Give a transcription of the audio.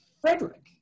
Frederick